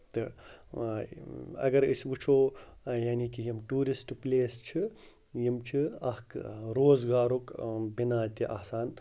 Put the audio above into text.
تہٕ اگرَے أسۍ وٕچھو یعنی کہِ یِم ٹوٗرِسٹ پٕلیس چھِ یِم چھِ اَکھ روزگارُک بِنا تہِ آسان